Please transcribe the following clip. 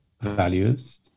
values